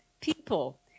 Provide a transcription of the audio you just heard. people